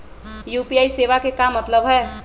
UPI सेवा के का मतलब है?